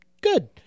good